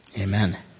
amen